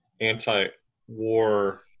anti-war